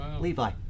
Levi